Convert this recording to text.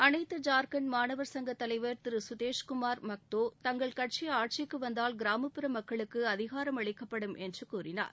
அனைத்து ஜார்கண்ட் மாணவர் சங்கத்தலைவர் திரு சுதீஷ்குமார் மகத்தோ தங்கள் கட்சி ஆட்சிக்கு வந்தால் கிராமப்புற மக்களுக்கு அதிகாரமளிக்கப்படும் என்று கூறினார்